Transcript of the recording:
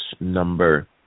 number